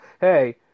hey